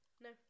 no